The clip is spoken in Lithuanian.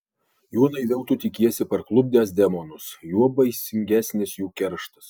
juo naiviau tu tikiesi parklupdęs demonus juo baisingesnis jų kerštas